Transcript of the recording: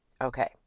Okay